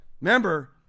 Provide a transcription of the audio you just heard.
Remember